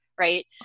Right